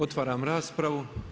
Otvaram raspravu.